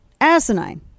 Asinine